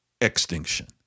extinction